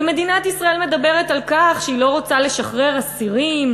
ומדינת ישראל מדברת על כך שהיא לא רוצה לשחרר אסירים,